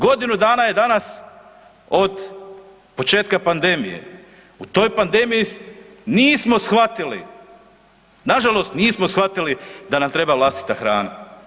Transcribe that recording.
Godinu dana je danas od početka pandemije, u toj pandemiji nismo shvatili, nažalost, nismo shvatili da nam treba vlastita hrana.